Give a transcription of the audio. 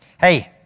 Hey